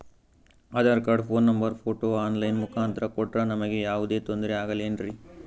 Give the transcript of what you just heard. Aadhaar card, phone number, photo online ಮುಖಾಂತ್ರ ಕೊಟ್ರ ನಮಗೆ ಯಾವುದೇ ತೊಂದ್ರೆ ಆಗಲೇನ್ರಿ?